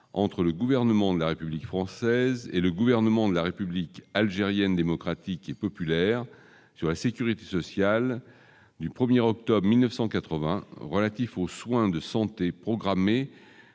entre le gouvernement de la République française et le gouvernement de la République algérienne démocratique et populaire, sur la sécurité sociale, du 1er octobre 1980 relatifs aux soins de santé programmée